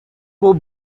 will